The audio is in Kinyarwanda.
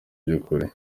by’ukuri